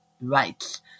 rights